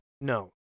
no